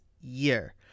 year